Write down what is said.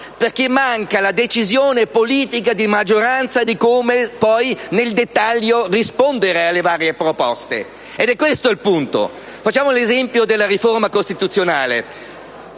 perché manca la decisione politica di maggioranza su come nel dettaglio articolare le varie proposte. È questo il punto: facciamo l'esempio della riforma costituzionale.